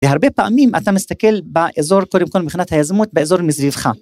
והרבה פעמים אתה מסתכל באזור קודם כל מבחינת היזמות באזור מסביבך.